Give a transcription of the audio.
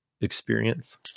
experience